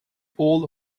all